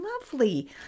lovely